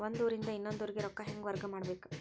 ಒಂದ್ ಊರಿಂದ ಇನ್ನೊಂದ ಊರಿಗೆ ರೊಕ್ಕಾ ಹೆಂಗ್ ವರ್ಗಾ ಮಾಡ್ಬೇಕು?